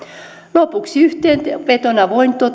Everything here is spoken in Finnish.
lopuksi yhteenvetona voin